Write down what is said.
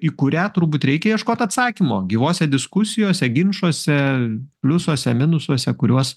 į kurią turbūt reikia ieškot atsakymo gyvose diskusijose ginčuose pliusuose minusuose kuriuos